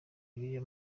bibiliya